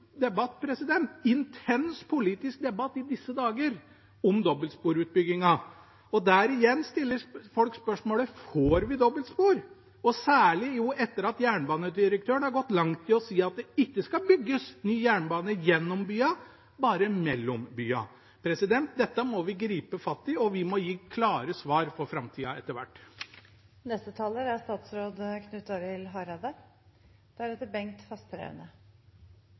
i disse dager en stor debatt, en intens politisk debatt om dobbeltsporutbyggingen. Der igjen stiller folk spørsmålet: Får vi dobbeltspor – særlig etter at jernbanedirektøren har gått langt i å si at det ikke skal bygges ny jernbane gjennom byene, bare mellom byene. Dette må vi gripe fatt i, og vi må gi klare svar for framtida etter